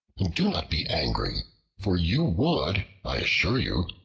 and do not be angry for you would, i assure you,